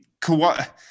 Kawhi